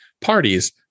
parties